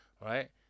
right